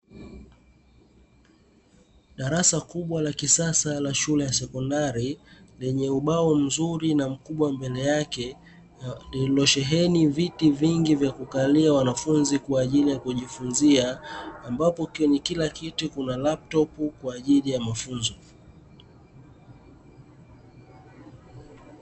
Darasa kubwa la kisasa la shule ya sekondari lenye ubao mzuri na mkubwa mbele yake, lililosheheni viti vingi vya kukalia wanafunzi kwa ajili ya kujifunzia, ambapo kwenye kila kiti kuna laptopu kwa ajili ya mafunzo.